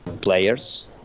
players